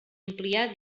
ampliar